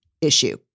issue